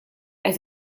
qed